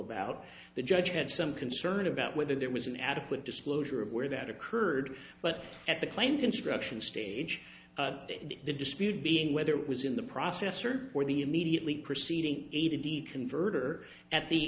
about the judge had some concern about whether there was an adequate disclosure of where that occurred but at the claim construction stage the dispute being whether it was in the processor or the immediately preceding even the converter at the